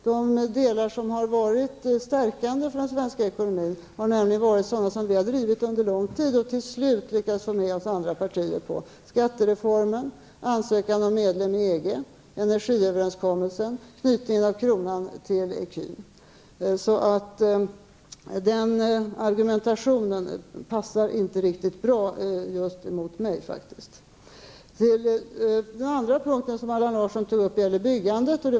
De åtgärder som varit stärkande för den svenska ekonomin har nämligen varit sådana som vi har drivit under en lång tid och till slut lyckats få med andra partier på -- skattereformen, ansökan om medlemskap i EG, energiöverenskommelsen, knytningen av kronan till ecun. Allan Larssons argumentation passar faktiskt inte riktigt bra just mot mig. Den andra punkt som Allan Larsson tog upp gällde byggandet.